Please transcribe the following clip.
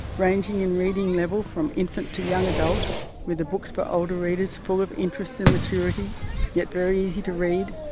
ranging in reading level from infant to young adult with the books for older readers full of interest and maturity yet very easy to read,